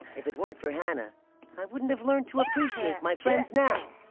if it weren't for hanah i wouldn't have learned to appreciate my friends now.